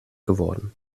geworden